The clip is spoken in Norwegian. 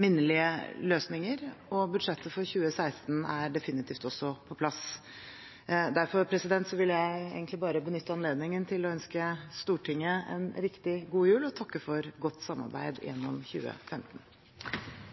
minnelige løsninger. Budsjettet for 2016 er definitivt også på plass. Derfor vil jeg egentlig bare benytte anledningen til å ønske Stortinget en riktig god jul og takke for godt samarbeid gjennom 2015.